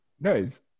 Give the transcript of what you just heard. Nice